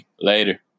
Later